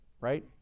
Right